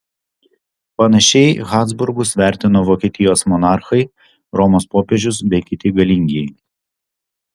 panašiai habsburgus vertino vokietijos monarchai romos popiežius bei kiti galingieji